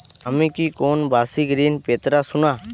আমি কি কোন বাষিক ঋন পেতরাশুনা?